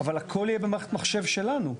אבל הכול יהיה במערכת מחשב שלנו,